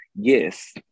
yes